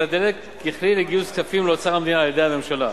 הדלק ככלי לגיוס כספים לאוצר המדינה על-ידי הממשלה.